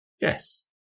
Yes